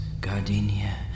gardenia